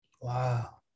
Wow